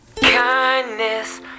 Kindness